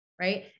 Right